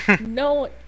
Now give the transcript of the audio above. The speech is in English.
No